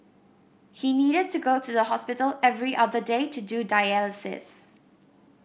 he needed to go to the hospital every other day to do dialysis